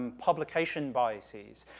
um publication biases.